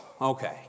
okay